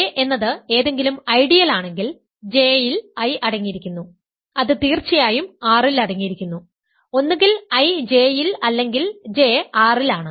J എന്നത് ഏതെങ്കിലും ഐഡിയ ലാണെങ്കിൽ J യിൽ I അടങ്ങിയിരിക്കുന്നു അത് തീർച്ചയായും R ൽ അടങ്ങിയിരിക്കുന്നു ഒന്നുകിൽ I J ൽ അല്ലെങ്കിൽ J R ൽ ആണ്